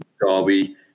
Derby